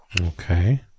okay